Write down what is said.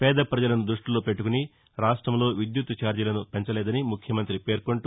పేద పజలను దృష్టిలో పెట్టుకుని రాష్టంలో విద్యుత్తు ఛార్జీలను పెంచలేదని ముఖ్యమంతి పేర్కొంటూ